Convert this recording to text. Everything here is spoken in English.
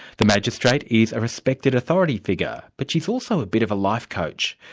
the magistrate is a respected authority figure, but she's also a bit of a life-coach.